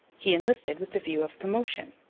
he enlisted with the view of promotion.